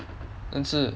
但是